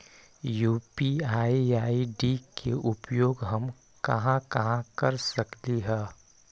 UPI ID के उपयोग हम कहां कहां कर सकली ह?